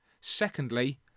Secondly